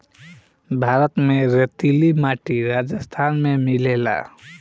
भारत में रेतीली माटी राजस्थान में मिलेला